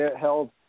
held